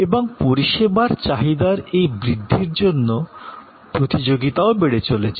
এবং পরিষেবার চাহিদার এই বৃদ্ধির জন্য প্রতিযোগিতাও বেড়ে চলেছে